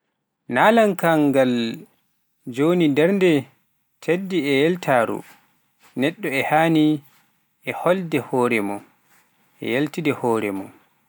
Naalankaagal ina jogii darnde tiiɗnde e ƴellitaare neɗɗo, e nehdi, e hollirde hoore mum e ƴellitde hoore mum